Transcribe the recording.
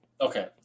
okay